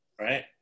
right